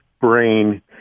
brain